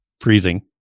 freezing